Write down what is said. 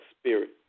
spirit